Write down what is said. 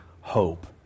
hope